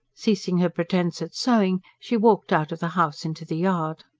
ceasing her pretence at sewing, she walked out of the house into the yard.